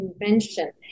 invention